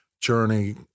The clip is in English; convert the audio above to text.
journey